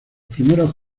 primeros